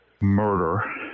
murder